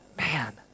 man